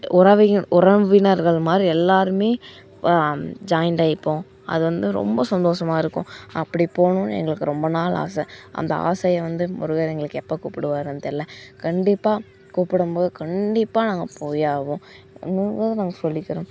உறவிக உறவினர்கள் மாதிரி எல்லாேருமே ஜாயிண்ட் ஆகிப்போம் அது வந்து ரொம்ப சந்தோஷமா இருக்கும் அப்படி போகணுன் எங்களுக்கு ரொம்ப நாள் ஆசை அந்த ஆசையை வந்து முருகர் எங்களுக்கு எப்போ கூப்பிடுவாருன் தெரில கண்டிப்பா கூப்பிடும்போது கண்டிப்பாக நாங்கள் போயே ஆவோம் இன்னொன்றும் நாங்கள் சொல்லிக்கிறோம்